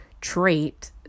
trait